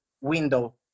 window